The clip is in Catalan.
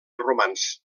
romanç